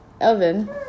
oven